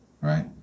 right